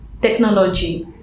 technology